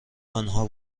آنها